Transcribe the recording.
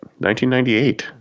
1998